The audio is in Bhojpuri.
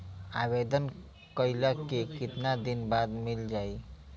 आवेदन कइला के कितना दिन बाद मिल जाई?